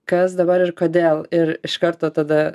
kas dabar ir kodėl ir iš karto tada